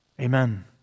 Amen